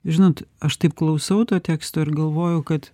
žinot aš taip klausiau to teksto ir galvoju kad